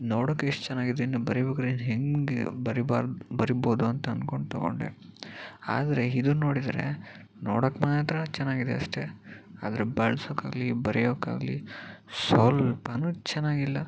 ನೋಡೋಕ್ಕೆ ಎಷ್ಟು ಚೆನ್ನಾಗಿದೆ ಇನ್ನೂ ಬರಿಬೇಕಾದ್ರೆ ಇನ್ನೂ ಹೆಂಗೆ ಬರೀಬಾರದು ಬರಿಬೋದು ಅಂತ ಅದ್ಕೊಂಡು ತಗೊಂಡೆ ಆದರೆ ಇದನ್ನು ನೋಡಿದ್ರೆ ನೋಡೋಕ್ಕೆ ಮಾತ್ರ ಚೆನ್ನಾಗಿದೆ ಅಷ್ಟೆ ಆದರೆ ಬಳಸೋಕಾಗ್ಲಿ ಬರೆಯೋಕಾಗ್ಲಿ ಸ್ವಲ್ಪವೂ ಚೆನ್ನಾಗಿಲ್ಲ